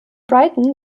brighton